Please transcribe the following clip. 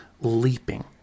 leaping